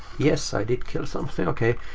yes, i did kill something. ok.